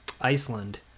Iceland